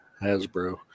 Hasbro